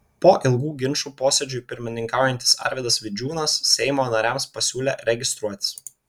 po ilgų ginčų posėdžiui pirmininkaujantis arvydas vidžiūnas seimo nariams pasiūlė registruotis